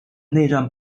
内战